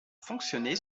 fonctionné